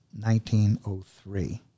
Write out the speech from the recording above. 1903